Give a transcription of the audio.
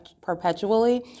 perpetually